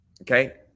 Okay